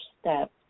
step